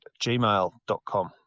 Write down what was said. gmail.com